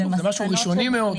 זה משהו ראשוני מאוד,